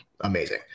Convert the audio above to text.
Amazing